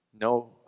No